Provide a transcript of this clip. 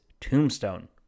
Tombstone